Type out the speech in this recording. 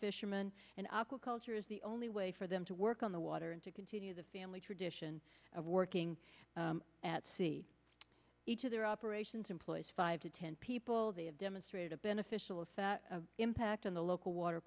fisherman and aquaculture is the only way for them to work on the water and to continue the family tradition of working at sea each of their operations employs five to ten people they have demonstrated a beneficial effect of impact on the local water